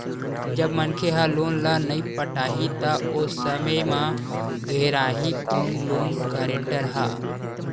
जब मनखे ह लोन ल नइ पटाही त ओ समे म घेराही कोन लोन गारेंटर ह